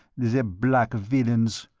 the black villains!